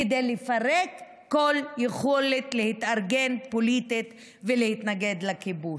כדי לפרק כל יכולת להתארגן פוליטית ולהתנגד לכיבוש.